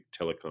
telecom